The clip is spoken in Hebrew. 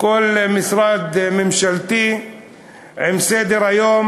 כל משרד ממשלתי עם סדר-יום